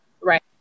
right